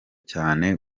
cyane